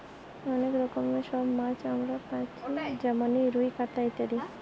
অনেক রকমের সব মাছ আমরা পাচ্ছি যেমন রুই, কাতলা ইত্যাদি